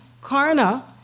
Karna